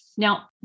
Now